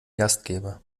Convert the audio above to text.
gastgeber